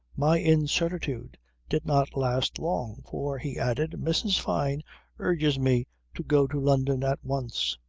my incertitude did not last long, for he added mrs. fyne urges me to go to london at once.